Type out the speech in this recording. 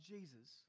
Jesus